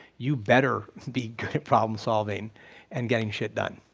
you better be good at problem solving and getting shit done.